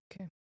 Okay